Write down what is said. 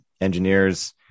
engineers